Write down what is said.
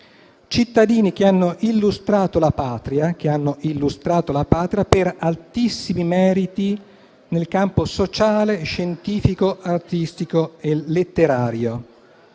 cittadini che hanno illustrato la Patria per altissimi meriti nel campo sociale, scientifico, artistico e letterario».